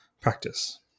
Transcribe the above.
practice